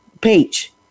page